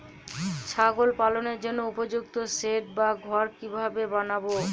ছাগল পালনের জন্য উপযুক্ত সেড বা ঘর কিভাবে বানাবো?